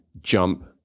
jump